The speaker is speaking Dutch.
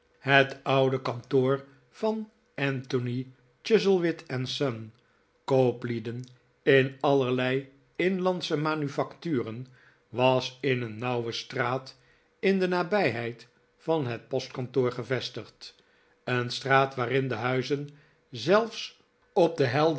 het oude kantoor van anthony chuzzlewit son kooplieden in allerlei inlandsche manufacturen r was in een nauwe straat in de nabijheid van het postkantoor gevestigd een straat waarin de huizen zelfs op den